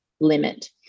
limit